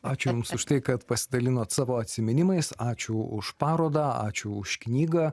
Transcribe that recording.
ačiū jums už tai kad pasidalinot savo atsiminimais ačiū už parodą ačiū už knygą